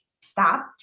stop